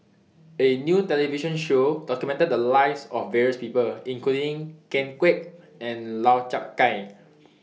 A New television Show documented The Lives of various People including Ken Kwek and Lau Chiap Khai